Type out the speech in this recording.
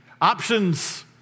Options